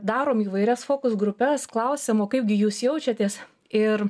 darom įvairias fokus grupes klausiam o kaipgi jūs jaučiatės ir